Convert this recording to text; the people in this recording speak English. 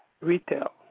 Retail